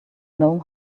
know